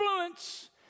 influence